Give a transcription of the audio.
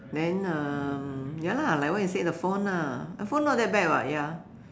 then um ya lah like what you said the phone ah the phone not that bad [what] ya